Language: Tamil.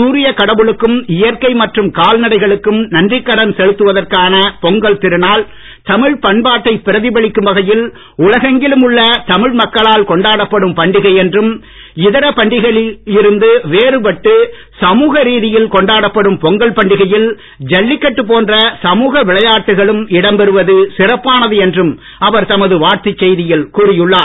சூரிய கடவுளுக்கும் இயற்கை மற்றும் கால்நடைகளுக்கும் நன்றிக் கடன் செலுத்துவதற்கான பொங்கல் திருநாள் தமிழ்ப் பண்பாட்டை பிரதிபலிக்கும் வகையில் உலகெங்கிலும் உள்ள தமிழ்மக்களால் கொண்டாடப்படும் பண்டிகை என்றும் இதர பண்டிகைகளில் இருந்து வேறு பட்டு சமுக ரீதியில் கொண்டாடப்படும் பொங்கல் பண்டிகையில் ஜல்லிக் கட்டு போன்ற சமுக விளையாட்டுகளும் இடம்பெறுவது சிறப்பானது என்றும் அவர் தமது வாழ்த்துச் செய்தியில் கூறியுள்ளார்